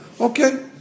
Okay